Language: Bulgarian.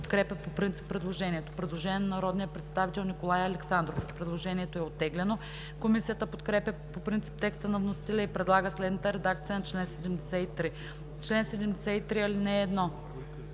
подкрепя по принцип предложението. Предложение на народния представител Николай Александров. Предложението е оттеглено. Комисията подкрепя по принцип текста на вносителя и предлага следната редакция на чл. 73: „Чл. 73. (1)